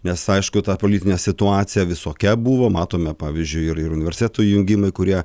nes aišku ta politinė situacija visokia buvo matome pavyzdžiui ir ir universitetų jungimai kurie